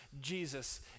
Jesus